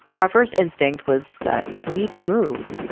our first instinct was that we need to move.